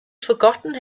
forgotten